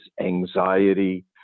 anxiety